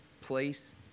place